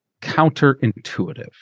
counterintuitive